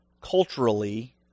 Culturally